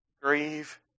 grieve